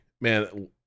man